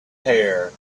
hair